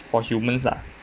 for humans lah